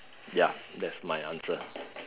ya that's my answer